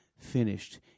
finished